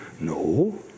No